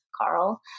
Carl